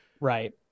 Right